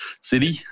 city